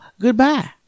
Goodbye